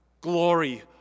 glory